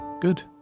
Good